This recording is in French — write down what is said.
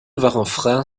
varanfrain